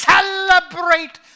Celebrate